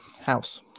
house